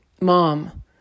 mom